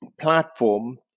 platform